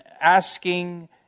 asking